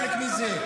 חלק מזה.